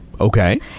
okay